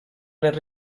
les